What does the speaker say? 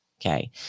Okay